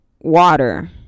water